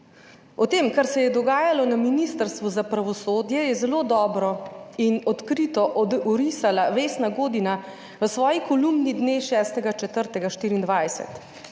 O tem, kar se je dogajalo na Ministrstvu za pravosodje, je zelo dobro in odkrito orisala Vesna Godina v svoji kolumni dne 6. 4.